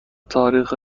تاریخ